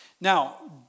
Now